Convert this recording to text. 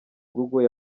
google